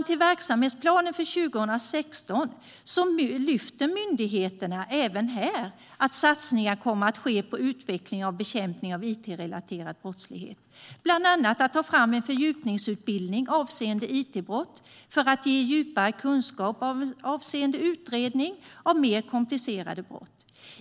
I verksamhetsplanen för 2016 lyfter myndigheten även här att satsningar kommer att ske på utveckling av bekämpningen av it-relaterad brottslighet. Det handlar bland annat om att ta fram en fördjupningsutbildning avseende itbrott för att ge djupare kunskap avseende utredning av mer komplicerade brott.